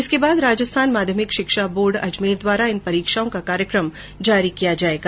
इसके बाद राजस्थान माध्यमिक शिक्षा बोर्ड द्वारा इन परीक्षाओं का कार्यक्रम जारी किया जाएगा